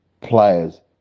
players